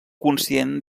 conscient